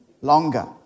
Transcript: longer